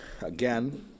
Again